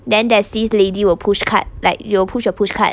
then there's this lady will pushcart like you'll push a pushcart